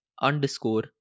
underscore